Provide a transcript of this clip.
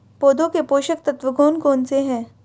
पौधों के पोषक तत्व कौन कौन से हैं?